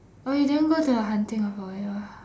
oh you didn't go to the haunting of Oiwa